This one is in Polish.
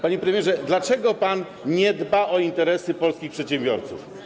Panie premierze, dlaczego pan nie dba o interesy polskich przedsiębiorców?